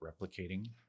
replicating